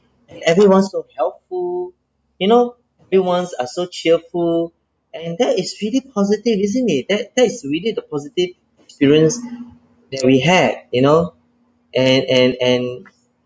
and everyone's so helpful you know everyone's are so cheerful and that is pretty positive isn't it that that is really the positive experience that we had you know and and and